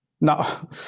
Now